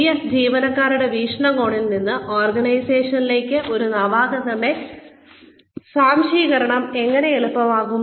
പുതിയ ജീവനക്കാരുടെ വീക്ഷണകോണിൽ നിന്ന് ഓർഗനൈസേഷനിലേക്ക് ഒരു നവാഗതന്റെ സ്വാംശീകരണം എങ്ങനെ എളുപ്പമാക്കാം